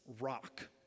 rock